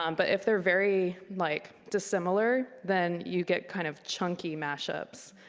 um but if they're very like dissimilar, then you get kind of chunky mashups.